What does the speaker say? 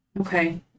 Okay